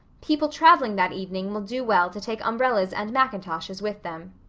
people traveling that evening will do well to take umbrellas and mackintoshes with them.